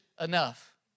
enough